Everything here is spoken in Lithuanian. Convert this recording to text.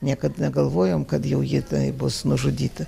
niekad negalvojom kad jau ji tai bus nužudyta